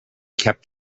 kept